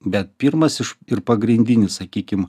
bet pirmas iš ir pagrindinis sakykim